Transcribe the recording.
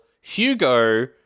Hugo